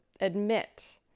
admit